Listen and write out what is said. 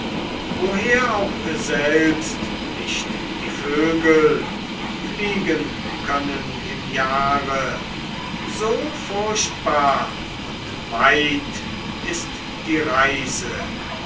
woher auch selbst nicht die vögel fliegen können im jahre so furchtbar und weit ist die reise